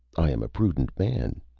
i am a prudent man.